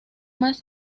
más